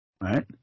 right